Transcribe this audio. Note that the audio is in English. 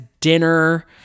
dinner